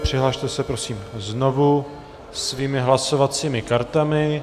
Přihlaste se prosím znovu svými hlasovacími kartami.